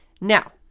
Now